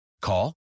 Call